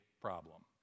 problem